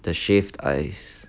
the shaved ice